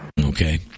Okay